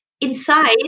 inside